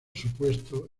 supuesto